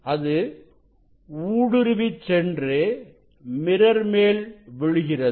அது ஊடுருவிச்சென்று மிரர் மேல் விழுகிறது